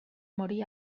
morí